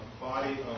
body